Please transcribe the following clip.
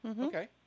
Okay